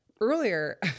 Earlier